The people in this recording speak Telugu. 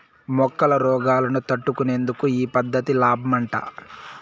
మొక్కల రోగాలను తట్టుకునేందుకు ఈ పద్ధతి లాబ్మట